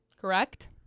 correct